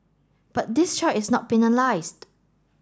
but this child is not penalised